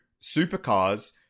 supercars